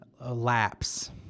lapse